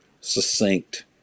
succinct